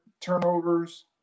turnovers